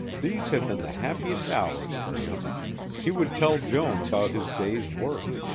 these had been the happiest hours for him he would tell joan about his day's work,